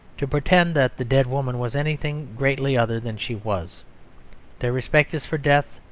to pretend that the dead woman was anything greatly other than she was their respect is for death,